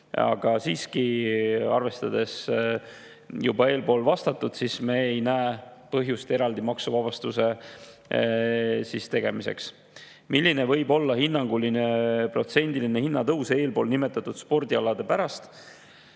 Aga siiski, arvestades juba eespool vastatut, me ei näe põhjust eraldi maksuvabastuse tegemiseks. Milline võib olla hinnanguline protsendiline hinnatõus eespool nimetatud spordialadel pärast